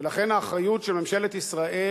ולכן האחריות של ממשלת ישראל